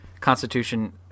Constitution –